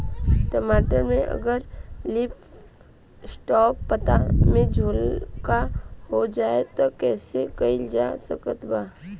टमाटर में अगर लीफ स्पॉट पता में झोंका हो जाएँ त का कइल जा सकत बा?